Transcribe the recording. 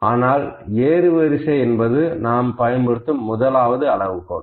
ஆனால் ஏறுவரிசை என்பது நாம் பயன்படுத்தும் முதலாவது அளவுகோல்